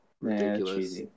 ridiculous